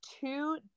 two